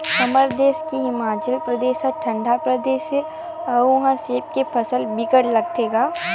हमर देस के हिमाचल परदेस ह ठंडा परदेस हे अउ उहा सेब के फसल बिकट लगाथे गा